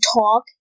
talk